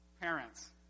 parents